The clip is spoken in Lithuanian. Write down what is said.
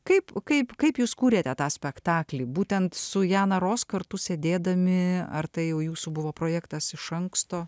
kaip kaip kaip jūs kūrėte tą spektaklį būtent su jana ros kartu sėdėdami ar tai jau jūsų buvo projektas iš anksto